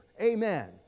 amen